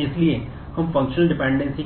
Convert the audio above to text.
इसलिए हम functional dependency